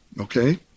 Okay